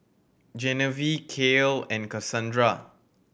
Genevieve Kael and Kasandra